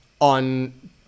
on